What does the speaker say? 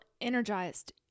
energized